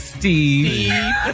Steve